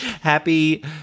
happy